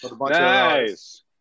Nice